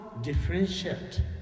differentiate